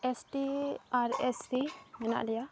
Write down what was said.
S T R S C ᱢᱮᱱᱟᱜ ᱞᱮᱭᱟ